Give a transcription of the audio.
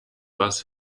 but